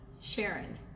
Sharon